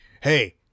hey